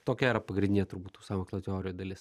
tokia yra pagrindinė turbūt tų sąmokslo teorijų dalis